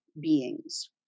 beings